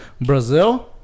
brazil